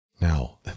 Now